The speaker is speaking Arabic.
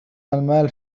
المال